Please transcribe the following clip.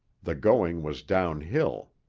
the going was downhill.